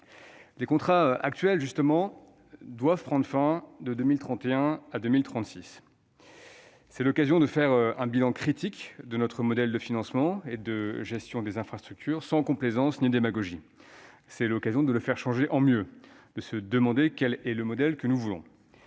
Les contrats actuels, justement, doivent prendre fin de 2031 à 2036. C'est l'occasion de faire un bilan critique de notre modèle de financement et de gestion des infrastructures, sans complaisance ni démagogie. C'est l'occasion de le changer en mieux, de se demander quel est le modèle que nous voulons.